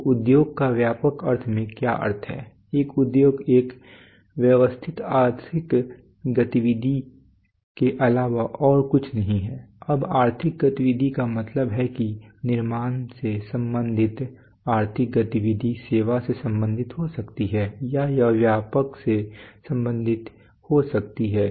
तो उद्योग का व्यापक अर्थ में क्या अर्थ है एक उद्योग एक व्यवस्थित आर्थिक गतिविधि के अलावा और कुछ नहीं है अब आर्थिक गतिविधि का मतलब है कि निर्माण से संबंधित आर्थिक गतिविधि सेवा से संबंधित हो सकती है या यह व्यापार से संबंधित हो सकती है